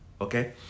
Okay